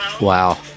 Wow